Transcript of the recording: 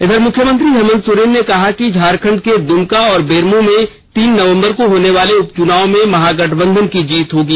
इधर मुख्यमंत्री हेमंत सोरेन ने कहा कि झारखंड के दुमका और बेरमो में तीन नवंबर को होने वाले उपचुनाव में महागठबंधन की जीत होगी